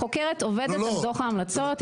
החוקרת עובדת על דוח ההמלצות,